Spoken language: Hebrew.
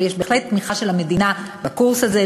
אבל יש בהחלט תמיכה של המדינה בקורס הזה.